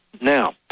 Now